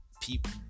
people